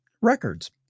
records